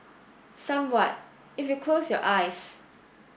somewhat if you close your eyes